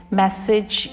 message